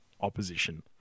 opposition